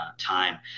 time